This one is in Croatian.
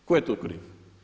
Tko je tu kriv?